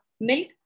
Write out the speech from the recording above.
Milk